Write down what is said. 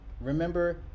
Remember